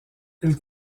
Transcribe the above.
elle